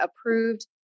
approved